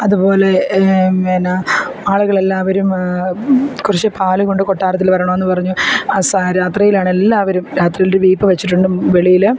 അതു പോലെ എന്നാ ആളുകളെല്ലാവരും കുറച്ച് പാലു കൊണ്ട് കൊട്ടാരത്തിൽ വരണമെന്നു പറഞ്ഞു ആ സാ രാത്രിയിലാണെല്ലാവരും രാത്രിയിലൊരു വീപ്പ വെച്ചിട്ടുണ്ട് വെളിയിൽ